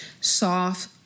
soft